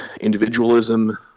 individualism